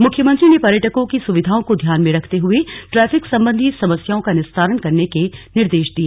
मुख्यमंत्री ने पर्यटकों की सुविधाओं को ध्यान में रखते हुए ट्रैफिक संबंधी समस्याओं का निस्तारण करने के निर्देश दिए